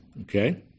Okay